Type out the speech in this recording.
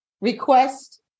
request